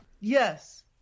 Yes